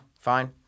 Fine